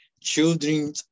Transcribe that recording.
Children